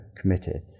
committed